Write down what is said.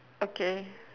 okay